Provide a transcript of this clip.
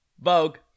Vogue